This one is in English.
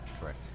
Correct